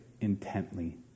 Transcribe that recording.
intently